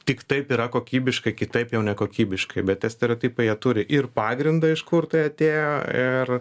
tik taip yra kokybiškai kitaip jau nekokybiškai bet tie stereotipai jie turi ir pagrindą iš kur tai atėjo ir